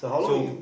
so